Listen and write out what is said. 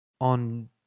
on